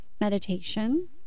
meditation